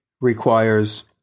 requires